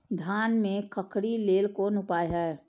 धान में खखरी लेल कोन उपाय हय?